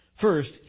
First